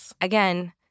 again